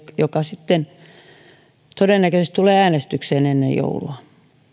joka sitten todennäköisesti tulee äänestykseen ennen joulua